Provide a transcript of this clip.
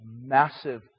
massive